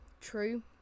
True